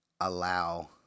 allow